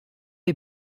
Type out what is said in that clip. est